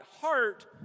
heart